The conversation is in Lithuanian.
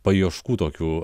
paieškų tokių